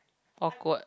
awkward